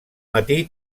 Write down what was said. matí